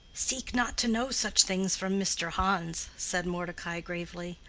seek not to know such things from mr. hans, said mordecai, gravely,